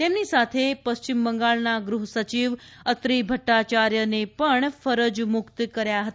તેમની સાથે પશ્ચિમ બંગાળના ગૃહ સચિવ અત્રી ભટ્ટાચાર્યને પણ ફરજ મુક્ત કર્યા હતા